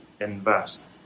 invest